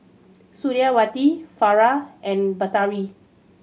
Suriawati Farah and Batari